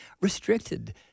restricted